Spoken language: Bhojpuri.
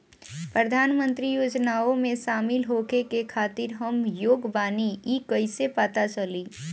प्रधान मंत्री योजनओं में शामिल होखे के खातिर हम योग्य बानी ई कईसे पता चली?